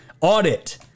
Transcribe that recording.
audit